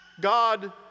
God